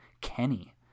Kenny